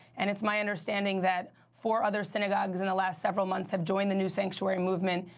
and it's my understanding that four other synagogues in the last several months have joined the new sanctuary movement.